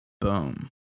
Boom